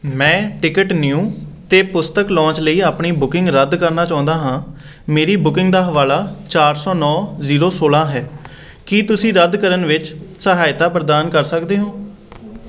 ਮੈਂ ticket new 'ਤੇ ਪੁਸਤਕ ਲੌਂਚ ਲਈ ਆਪਣੀ ਬੁਕਿੰਗ ਰੱਦ ਕਰਨਾ ਚਾਹੁੰਦਾ ਹਾਂ ਮੇਰੀ ਬੁਕਿੰਗ ਦਾ ਹਵਾਲਾ ਚਾਰ ਸੌ ਨੌ ਜ਼ੀਰੋ ਸੌਲਾਂ ਹੈ ਕੀ ਤੁਸੀਂ ਰੱਦ ਕਰਨ ਵਿੱਚ ਸਹਾਇਤਾ ਪ੍ਰਦਾਨ ਕਰ ਸਕਦੇ ਹੋ